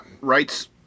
rights